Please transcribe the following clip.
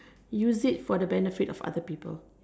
use it for the benefit of other people